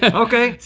yeah okay.